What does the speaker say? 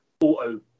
auto